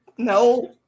no